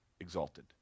exalted